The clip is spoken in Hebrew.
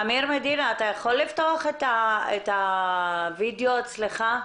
אמיר מדינה, אתה יכול לפתוח את הווידאו אצלך.